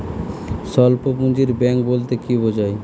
স্বল্প পুঁজির ব্যাঙ্ক বলতে কি বোঝায়?